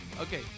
Okay